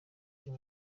uyu